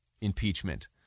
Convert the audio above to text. impeachment